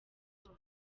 rwose